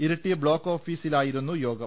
Iritty block ഓഫീസിലായിരുന്നു യോഗം